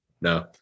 No